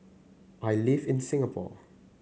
I live in Singapore